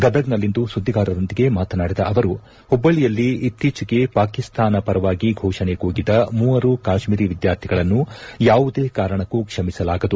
ಗದಗನಲ್ಲಿಂದು ಸುದ್ದಿಗಾರರೊಂದಿಗೆ ಮಾತನಾಡಿದ ಅವರು ಹುಬ್ಬಳ್ಳಿಯಲ್ಲಿ ಇತ್ತೀಚೆಗೆ ಪಾಕಿಸ್ಠಾನ ಪರವಾಗಿ ಫೋಷಣೆ ಕೂಗಿದ ಮೂವರು ಕಾಶ್ಮೀರಿ ವಿದ್ಯಾರ್ಥಿಗಳನ್ನು ಯಾವುದೇ ಕಾರಣಕ್ಕೂ ಕ್ಷಮಿಸಲಾಗದು